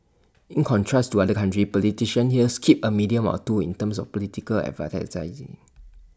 in contrast to other countries politicians here skip A medium or two in terms of political advertising